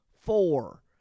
four